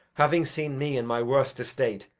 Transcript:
having seen me in my worst estate,